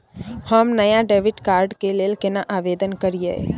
हम नया debit card के लेल केना आवेदन करियै?